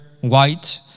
white